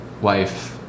wife